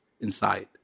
inside